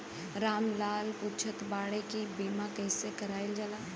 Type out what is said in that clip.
राम लाल पुछत बाड़े की बीमा कैसे कईल जाला?